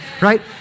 right